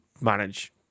manage